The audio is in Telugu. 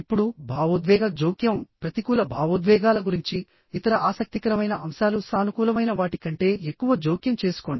ఇప్పుడు భావోద్వేగ జోక్యం ప్రతికూల భావోద్వేగాల గురించి ఇతర ఆసక్తికరమైన అంశాలు సానుకూలమైన వాటి కంటే ఎక్కువ జోక్యం చేసుకోండి